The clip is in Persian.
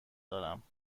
دارم